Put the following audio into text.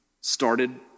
started